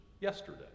yesterday